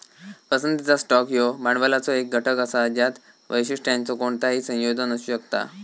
पसंतीचा स्टॉक ह्यो भांडवलाचो एक घटक असा ज्यात वैशिष्ट्यांचो कोणताही संयोजन असू शकता